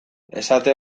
esate